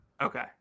Okay